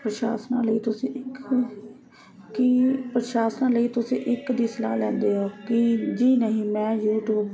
ਪ੍ਰਸ਼ਾਸਨ ਲਈ ਤੁਸੀਂ ਕੀ ਪ੍ਰਸ਼ਾਸਨ ਲਈ ਤੁਸੀਂ ਇੱਕ ਦੀ ਸਲਾਹ ਲੈਂਦੇ ਹੋ ਕਿ ਜੀ ਨਹੀਂ ਮੈਂ ਯੂਟੀਊਬ